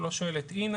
הוא לא שואל את אינה,